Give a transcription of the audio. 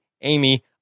amy